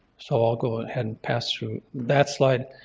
so i'll go ahead and pass through that slide.